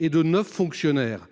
et de 9 fonctionnaires.